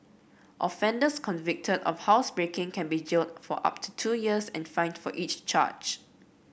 offenders convicted of housebreaking can be jailed for up to two years and fined for each charge